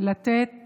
לתת